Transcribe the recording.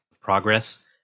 progress